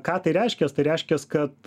ką tai reiškias tai reiškias kad